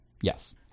Yes